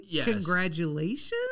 congratulations